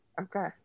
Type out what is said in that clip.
Okay